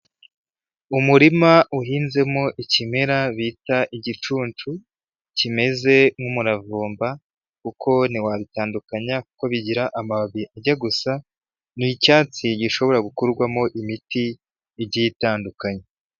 Umurima uhinzemo ikimera bita igicuncu, kimeze nk'umuravumba kuko ntiwabitandukanya kuko bigira amababi ajya gusa, ni icyatsi gishobora gukorwamo imiti igiye itandukanye.